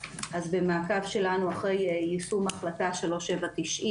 אז במעקב שלנו אחרי יישום החלטה 3790